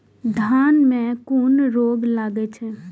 धान में कुन रोग लागे छै?